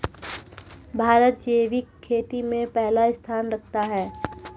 भारत जैविक खेती में पहला स्थान रखता है